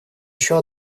еще